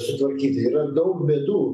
sutvarkyti yra daug bėdų